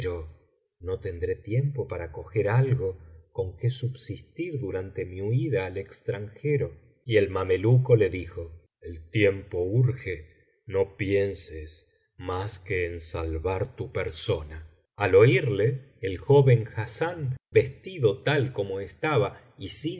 no tendré tiempo para coger algo con que subsistir durante mi huida al extranjero y el mameluco le dijo el tiempo urge no pienses mas que en salvar tu persona biblioteca valenciana generalitat valenciana historia del visir nueeddin al oírle el joven hassán vestido tal como estaba y sin